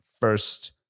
first